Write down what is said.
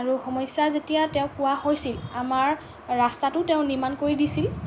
আৰু সমস্যা যেতিয়া তেওঁক কোৱা হৈছিল আমাৰ ৰাস্তাটো তেওঁ নিৰ্মাণ কৰি দিছিল